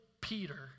Peter